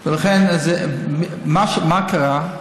לכן, מה קרה?